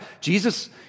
Jesus